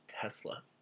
Tesla